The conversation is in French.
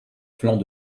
flanc